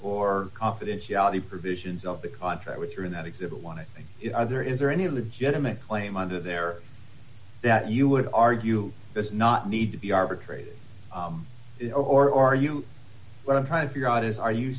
or confidentiality provisions of the contract which are in that exhibit one i think there is there any legitimate claim under there that you would argue this not need to be arbitrated or are you what i'm trying to figure out is are you